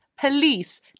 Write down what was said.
police